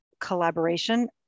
collaboration